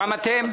גם אתם.